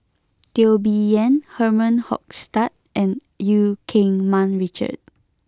Teo Bee Yen Herman Hochstadt and Eu Keng Mun Richard